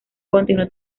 continuó